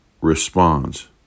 responds